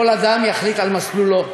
כל אדם יחליט על מסלולו,